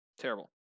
Terrible